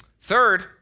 Third